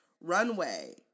runway